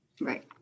Right